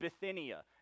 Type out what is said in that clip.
Bithynia